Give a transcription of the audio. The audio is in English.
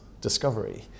discovery